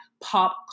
pop